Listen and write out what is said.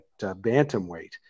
bantamweight